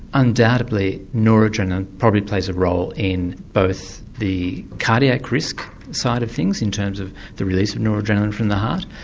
undoubtedly noradrenaline probably plays a role in both the cardiac risk side of things, in terms of the release of noradrenaline from the heart,